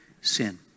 sin